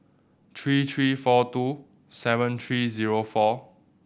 three three four two seven three zero four